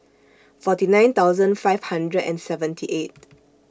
forty nine thousand five hundred and seventy eight